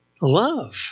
love